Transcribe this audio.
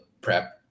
prep